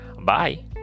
Bye